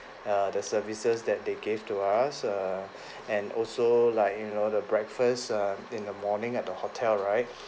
err the services that they gave to us err and also like you know the breakfast err in the morning at the hotel right